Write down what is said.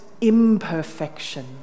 imperfection